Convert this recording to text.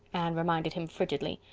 anne reminded him frigidly.